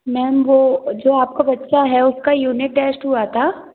ma'am वो जो आपका बच्चा है उसका यूनिट टैस्ट हुआ था